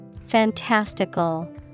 fantastical